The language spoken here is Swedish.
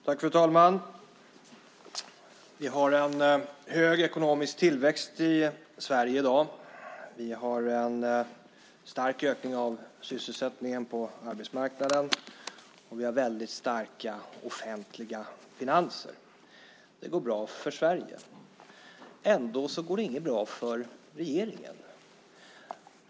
Fru talman! Vi har en hög ekonomisk tillväxt i Sverige i dag. Vi har en stark ökning av sysselsättningen på arbetsmarknaden och vi har starka offentliga finanser. Det går bra för Sverige. Ändå går det inte bra för regeringen.